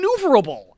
maneuverable